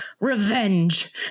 Revenge